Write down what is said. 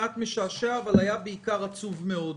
משעשע אבל היה בעיקר עצוב מאוד.